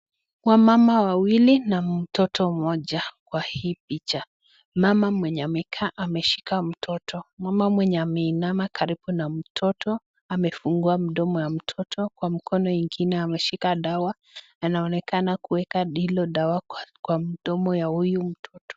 Wamama wawili na mtoto mmoja kwa hii picha, mama mwenye amekaa ameshika mtoto, mama mwenye ameinama karibu na mtoto amefungua mdomo ya mtoto kwa mkono ingine ameshika dawa anaonekana kuweka hilo dawa kwa mdomo ya huyu mtoto.